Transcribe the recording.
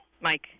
Mike